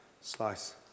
slice